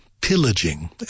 pillaging